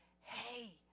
Hey